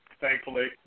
thankfully